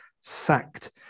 sacked